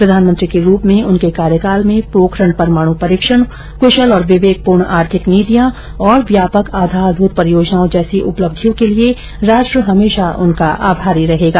प्रधानमंत्री के रूप में उनके कार्यकाल में पोखरण परमाणु परीक्षण क्शल और विवेकप्र्ण आर्थिक नीतियां और व्यापक आधारभूत परियोजनाओं जैसी उपलब्धियों के लिए राष्ट्र हमेशा उनका आभारी रहेगा